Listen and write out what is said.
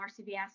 RCBS